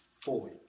Fully